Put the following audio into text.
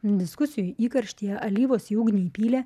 diskusijų įkarštyje alyvos į ugnį įpylė